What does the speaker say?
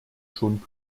schon